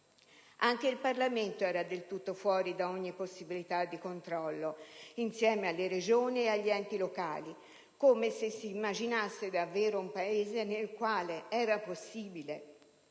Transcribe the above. Anche il Parlamento era del tutto fuori da ogni possibilità di controllo, insieme alle Regioni e agli enti locali, come se si immaginasse davvero un Paese nel quale era possibile